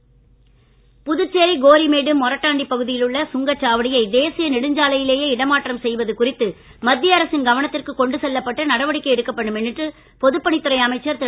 கோரிமேடு மொரட்டாண்டி புதுச்சேரி பகுதியிலுள்ள சுங்கச்சாவடியை தேசிய நெடுஞ்சாலையிலேயே இடமாற்றம் செய்வது குறித்து மத்திய அரசின் கவனத்திற்கு கொண்டு செல்லப்பட்டு நடவடிக்கை எடுக்கப்படும் என்று பொதுப்பணித்துறை அமைச்சர் திரு